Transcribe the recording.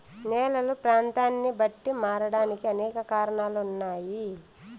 నేలలు ప్రాంతాన్ని బట్టి మారడానికి అనేక కారణాలు ఉన్నాయి